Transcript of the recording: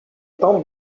tão